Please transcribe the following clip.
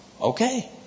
Okay